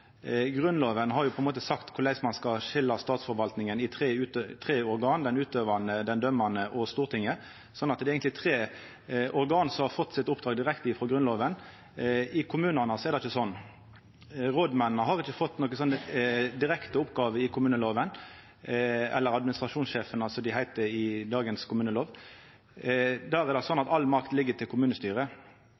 sagt korleis ein skal skilja statsforvaltninga i tre organ: det utøvande, det dømmande og Stortinget. Det er altså eigentleg tre organ som har fått sitt oppdrag direkte frå Grunnloven. I kommunane er det ikkje sånn. Rådmennene – eller administrasjonssjefane, som dei heiter i dagens kommunelov – har ikkje fått nokon direkte oppgåve i kommunelova. All makt ligg hos kommunestyret, så det er eit heilt anna system enn det